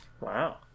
Wow